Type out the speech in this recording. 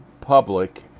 public